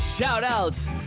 Shoutouts